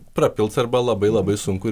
prapils arba labai labai sunku